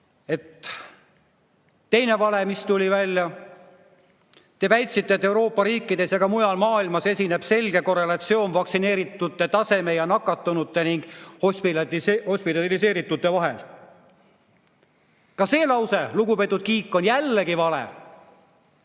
Teine vale, mis tuli välja: te väitsite, et Euroopa riikides ja ka mujal maailmas esineb selge korrelatsioon vaktsineerituse taseme ja nakatunute ning hospitaliseeritute vahel. Ka see lause, lugupeetud Kiik, on jällegi vale.